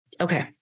Okay